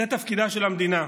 זה תפקידה של המדינה,